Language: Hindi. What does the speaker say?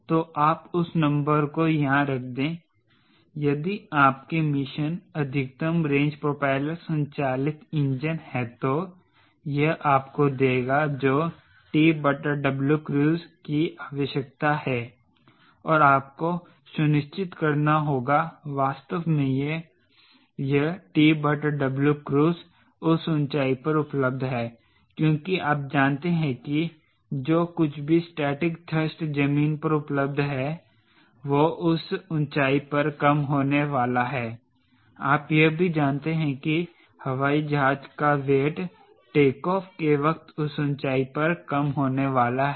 तो आप उस नंबर को यहां रख दें यदि आपके मिशन अधिकतम रेंज प्रोपेलर संचालित इंजन है तो यह आपको देगा जो TWcruise कि आवश्यकता है और आपको सुनिश्चित करना होगा वास्तव में यह TWcruise उस ऊंचाई पर उपलब्ध है क्योंकि आप जानते हैं कि जो कुछ भी स्टेटिक थ्रस्ट जमीन पर उपलब्ध है वो उस ऊंचाई पर कम होने वाला है आप यह भी जानते हैं कि हवाई जहाज का वेट टेकऑफ़ के वक्त उस ऊंचाई पर कम होने वाला है